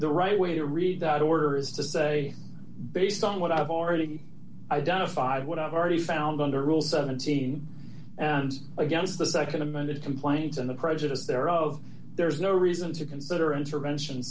the right way to read that order is to say based on what i've already identified what i've already found under rule seventeen pounds against the nd amended complaint and the prejudice thereof there's no reason to consider intervention